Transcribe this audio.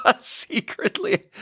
Secretly